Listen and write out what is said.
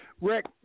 Rick